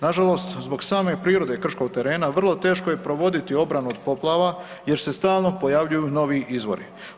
Nažalost, zbog same prirode krškog terena vrlo teško je provoditi obranu od poplava jer se stalno pojavljuju novi izvori.